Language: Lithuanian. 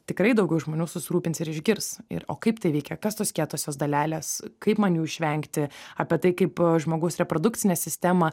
tikrai daugiau žmonių susirūpins ir išgirs ir o kaip tai veikia kas tos kietosios dalelės kaip man jų išvengti apie tai kaip žmogaus reprodukcinę sistemą